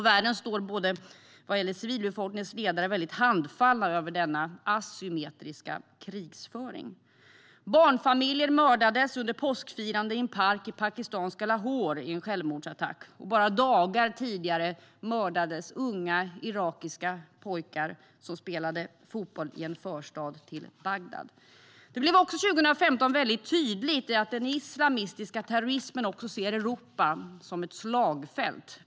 Världen över står både civilbefolkningen och dess ledare handfallna inför denna asymmetriska krigföring. Barnfamiljer mördades under påskfirande i en park i pakistanska Lahore i en självmordsattack. Bara dagar tidigare mördades unga irakiska pojkar som spelade fotboll i en förstad till Bagdad. Det blev också 2015 väldigt tydligt att den islamistiska terrorismen också ser Europa som ett slagfält.